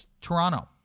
Toronto